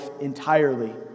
entirely